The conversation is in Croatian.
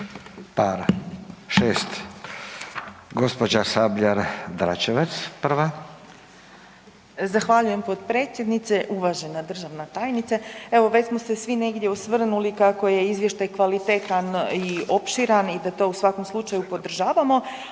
Dračevac prva. **Sabljar-Dračevac, Renata (SDP)** Zahvaljujem potpredsjedniče. Uvažena državna tajnice. Evo već smo se svi negdje osvrnuli kako je izvještaj kvalitetan i opširan i da to u svakom slučaju podržavamo,